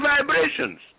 vibrations